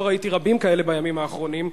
לא ראיתי רבים כאלה בימים האחרונים,